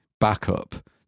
backup